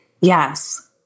Yes